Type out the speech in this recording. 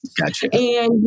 Gotcha